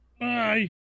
Bye